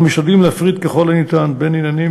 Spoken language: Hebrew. אנחנו משתדלים להפריד ככל הניתן בין עניינים